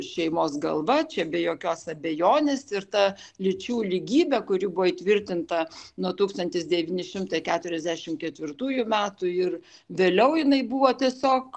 šeimos galva čia be jokios abejonės ir ta lyčių lygybė kuri buvo įtvirtinta nuo tūkstantis devyni šimtai keturiasdešim ketvirtųjų metų ir vėliau jinai buvo tiesiog